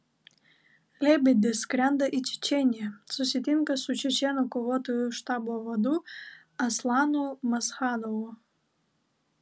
lebedis skrenda į čečėniją susitinka su čečėnų kovotojų štabo vadu aslanu maschadovu